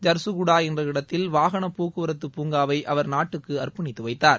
ஜர்சுகுடா என்ற இடத்தில் வாகனப் போக்குவரத்து பூங்காவை அவர் நாட்டுக்கு அர்ப்பணித்து வைத்தார்